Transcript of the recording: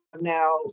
now